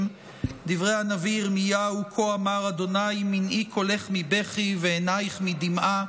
דברי הנביא ירמיהו: "כה אמר ה' מנעי קולך מבכי ועיניך מדמעה